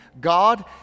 God